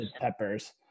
peppers